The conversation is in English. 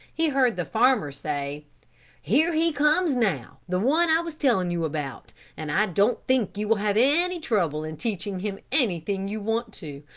he heard the farmer say here he comes now, the one i was telling you about and i don't think you will have any trouble in teaching him anything you want to,